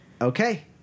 Okay